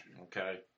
okay